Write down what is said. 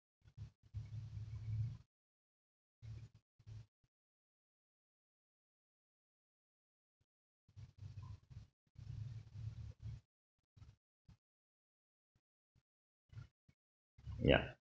yup